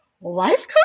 life